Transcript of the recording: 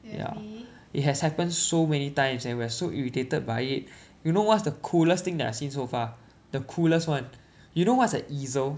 ya it has happened so many times and we're so irritated by it you know what's the coolest thing that I've seen so far the coolest one you know what's a easel